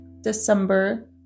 December